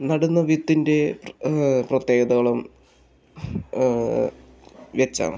നടുന്ന വിത്തിൻ്റെ പ്രത്യേകതകളും വെച്ചാണ്